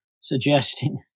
suggesting